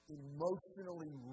emotionally